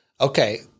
Okay